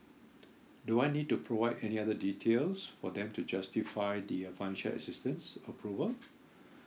do I need to provide any other details for them to justify the uh financial assistance approval